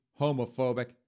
homophobic